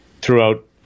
throughout